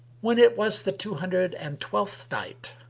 when it was the two hundred and twelfth night,